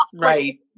Right